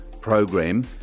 program